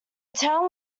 town